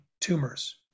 tumors